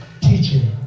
teaching